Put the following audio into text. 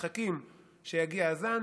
מחכים שיגיע הזן,